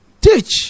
Teach